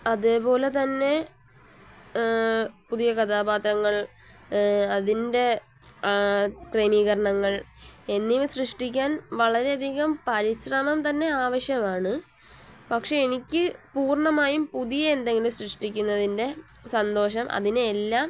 അതേപോലെതന്നെ പുതിയ കഥാപാത്രങ്ങൾ അതിൻ്റെ ക്രമീകരണങ്ങൾ എന്നിവ സൃഷ്ടിക്കാൻ വളരെയധികം പരിശ്രമം തന്നെ ആവശ്യമാണ് പക്ഷെ എനിക്ക് പൂർണ്ണമായും പുതിയ എന്തെങ്കിലും സൃഷ്ടിക്കുന്നതിൻ്റെ സന്തോഷം അതിനെയെല്ലാം